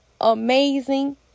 amazing